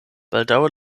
baldaŭe